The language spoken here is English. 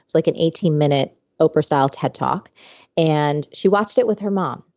like an eighteen minute oprah-style ted talk and she watched it with her mom.